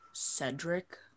cedric